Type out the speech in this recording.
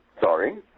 sorry